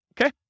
Okay